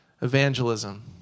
evangelism